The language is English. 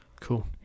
cool